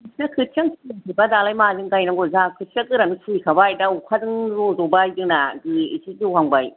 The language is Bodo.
बिसिना खोथिया खुबैजोबा दालाय माजों गायनांगौ जोहा खोथिया खुबैखाबाय दा अखाजों रज'बाय जोंना एसे जौहांबाय